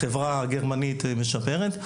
החברה הגרמנית משפרת.